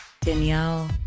Danielle